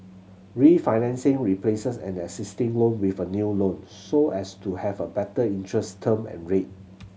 refinancing replaces an existing loan with a new loan so as to have a better interest term and rate